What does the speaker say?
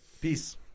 Peace